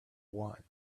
one